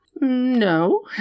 no